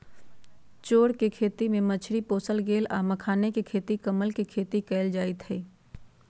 चौर कें खेती में मछरी पोशल गेल आ मखानाके खेती कमल के खेती कएल जाइत हइ